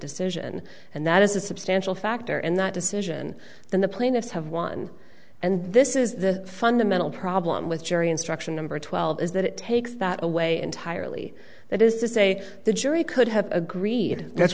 decision and that is a substantial factor in that decision the plaintiffs have won and this is the fundamental problem with jury instruction number twelve is that it takes that away entirely that is to say the jury could have agreed that's